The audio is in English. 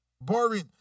Boring